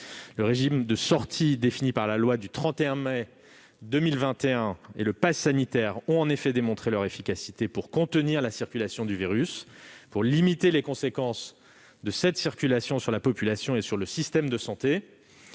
d'urgence sanitaire, défini par la loi du 31 mai 2021, et le passe sanitaire ont démontré leur efficacité pour contenir la circulation du virus, limiter les conséquences de cette circulation sur la population et sur le système de santé,